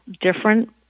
different